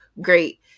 great